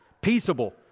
peaceable